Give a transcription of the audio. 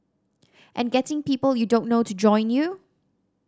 and getting people you don't know to join you